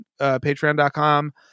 patreon.com